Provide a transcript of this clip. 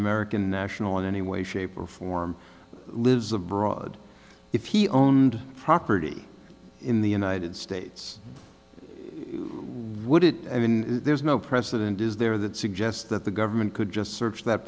american national in any way shape or form lives abroad if he owned property in the united states why would it i mean there's no precedent is there that suggests that the government could just search that